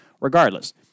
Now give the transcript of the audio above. Regardless